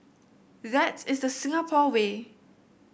that is the Singapore way